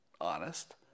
honest